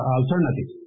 alternative